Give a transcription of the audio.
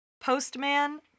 Postman